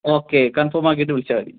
okay കൺഫോമാക്കിയിട്ട് വിളിച്ചാൽ മതി